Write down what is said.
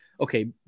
okay